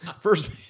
first